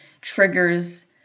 triggers